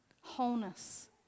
Wholeness